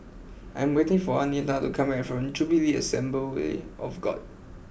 I am waiting for Anita to come back from Jubilee Assembly of God